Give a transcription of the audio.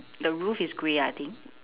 the roof is grey I think